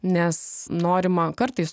nes norima kartais